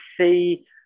see